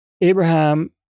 Abraham